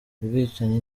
ubwicanyi